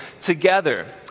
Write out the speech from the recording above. together